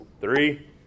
three